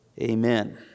Amen